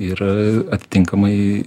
ir atitinkamai